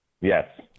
Yes